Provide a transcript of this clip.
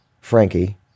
Frankie